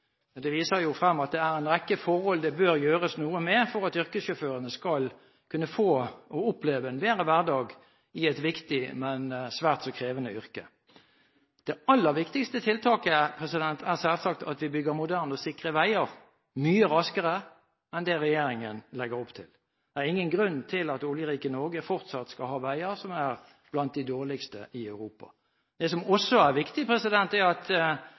Det viser jo at det er en rekke forhold det bør gjøres noe med for at yrkessjåførene skal kunne få oppleve en bedre hverdag i et viktig, men svært så krevende yrke. Det aller viktigste tiltaket er selvsagt at vi bygger moderne og sikre veier mye raskere enn det regjeringen legger opp til. Det er ingen grunn til at oljerike Norge fortsatt skal ha veier som er blant de dårligste i Europa. Det som også er viktig, er at